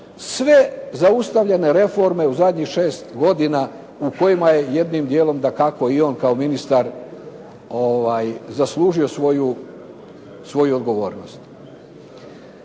sve zaustavljene reforme u zadnjih 6 godina u kojima je jednim dijelom dakako i on kao ministar zaslužio svoju odgovornost.